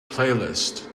playlist